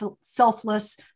selfless